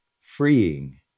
freeing